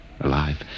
alive